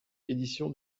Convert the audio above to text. édition